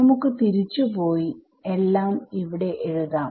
നമുക്ക് തിരിച്ചു പോയി എല്ലാം ഇവിടെ എഴുതാം